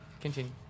Continue